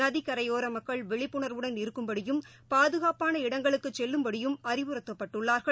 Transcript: நதிக்கரையோரமக்கள் விழிப்புணர்வுடன் இருக்கும்படியும் பாதுகாப்பான இடங்களுக்குச் செல்லும்படியும் அறிவுறுத்தப்பட்டுள்ளார்கள்